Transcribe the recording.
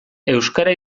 euskara